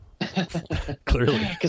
Clearly